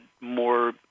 more